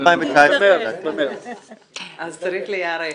צריך להיערך.